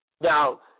Now